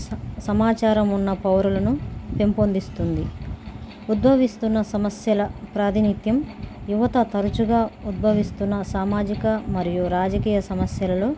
స సమాచారం ఉన్న పౌరులను పెంపొందిస్తుంది ఉద్భవిస్తున్న సమస్యల ప్రాతినిధ్యం యువత తరచుగా ఉద్భవిస్తున్న సామాజిక మరియు రాజకీయ సమస్యలలో